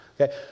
Okay